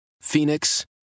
Phoenix